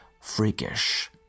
freakish